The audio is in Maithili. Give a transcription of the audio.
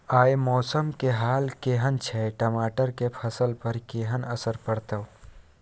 आय मौसम के हाल केहन छै टमाटर के फसल पर केहन असर परतै?